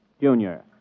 Junior